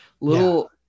Little